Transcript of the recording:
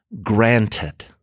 granted